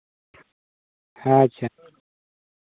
ᱟᱪᱪᱷᱟ